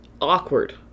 awkward